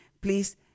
please